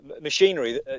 Machinery